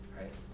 right